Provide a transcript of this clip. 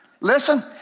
Listen